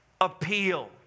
appeal